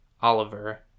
Oliver